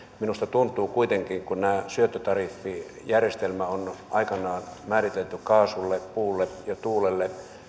minusta tuntuu kuitenkin että kun tämä syöttötariffijärjestelmä on aikanaan määritelty kaasulle puulle ja tuulelle